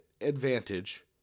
advantage